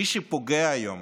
מי שפוגע היום